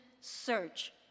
search